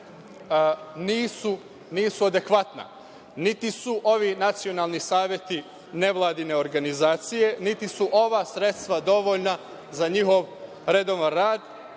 nisu adekvatna. Niti su ovi nacionalni saveti nevladine organizacije, niti su ova sredstva dovoljna za njihov redovan rad